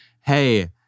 hey